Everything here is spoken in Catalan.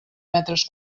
metres